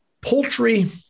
Poultry